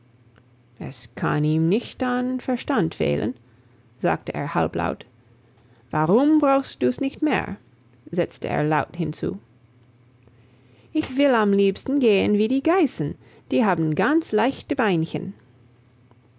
es kann ihm nicht an verstand fehlen sagte er halblaut warum brauchst du's nicht mehr setzte er laut hinzu ich will am liebsten gehen wie die geißen die haben ganz leichte beinchen